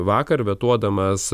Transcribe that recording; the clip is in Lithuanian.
vakar vetuodamas